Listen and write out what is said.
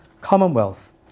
Commonwealth